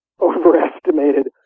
overestimated